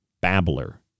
babbler